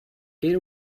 era